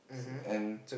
and